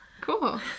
Cool